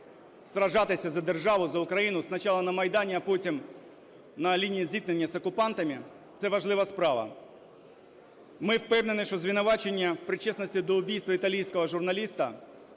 сражаться за державу, за Україну спочатку на Майдані, а потім на лінії зіткнення з окупантами, це важлива справа. Ми впевнені, що звинувачення в причетності до вбивства італійського журналіста